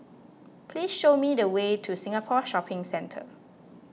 please show me the way to Singapore Shopping Centre